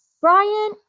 Brian